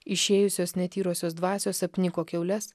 išėjusios netyrosios dvasios apniko kiaules